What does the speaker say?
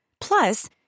Plus